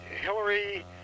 Hillary